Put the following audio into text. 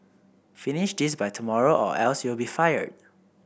finish this by tomorrow or else you'll be fired